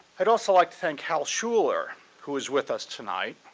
i'd also like to thank hal schuler, who was with us tonight,